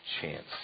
chance